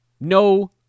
No